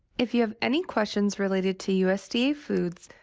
if you have any questions related to usda foods,